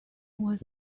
was